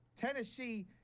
Tennessee